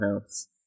house